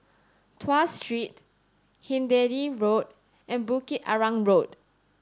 Tuas Street Hindhede Road and Bukit Arang Road